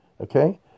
okay